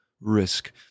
risk